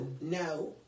no